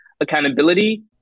accountability